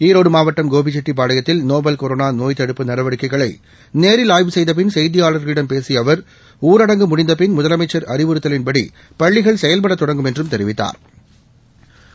ஈரோடு மாவட்டம் கோபிச்செட்டிப்பாளையத்தில் novel corona நோய்த்தடுப்பு நடவடிக்கைகளை நேரில் ஆய்வு செய்த பின் செய்தியாளர்களிடம் பேசிய அவர் ஊரடங்கு முடிந்த பின் முதலமைச்சர் அறிவுறுத்தலின் படி பள்ளிகள் செயல்படத் தொடங்கும் என்றும் தெரிவித்தாா்